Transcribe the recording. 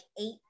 eight